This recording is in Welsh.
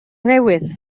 newydd